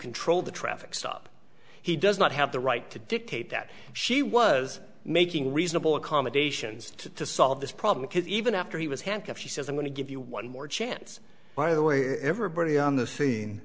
control the traffic stop he does not have the right to dictate that she was making reasonable accommodations to to solve this problem because even after he was handcuffed she says i'm going to give you one more chance by the way everybody on the scene